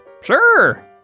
sure